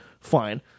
Fine